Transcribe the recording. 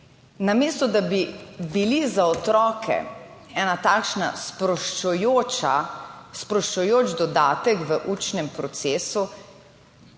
namesto, da bi bili za otroke ena takšna sproščujoča. Sproščujoč dodatek v učnem procesu,